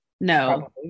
no